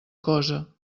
cosa